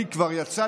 לי כבר יצא,